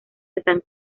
están